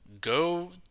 go